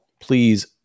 please